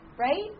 right